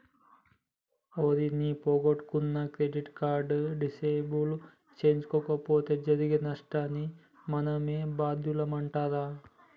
ఓరి నీ పొగొట్టుకున్న క్రెడిట్ కార్డు డిసేబుల్ సేయించలేపోతే జరిగే నష్టానికి మనమే బాద్యులమంటరా